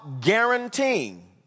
guaranteeing